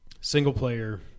Single-player